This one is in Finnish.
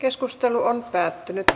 keskustelu päättyi